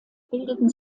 bildeten